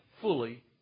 fully